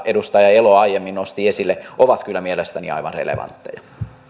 edustaja elo aiemmin nosti esille ovat kyllä mielestäni aivan relevantteja